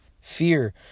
fear